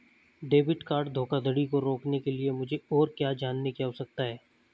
Debit card धोखाधड़ी को रोकने के लिए मुझे और क्या जानने की आवश्यकता है?